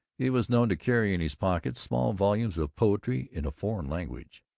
he was known to carry in his pocket small volumes of poetry in a foreign language.